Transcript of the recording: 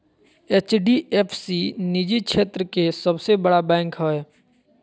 HDF सी निजी क्षेत्र के सबसे बड़ा बैंक हय